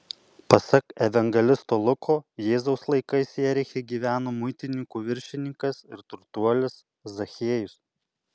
pasak evangelisto luko jėzaus laikais jeriche gyveno muitininkų viršininkas ir turtuolis zachiejus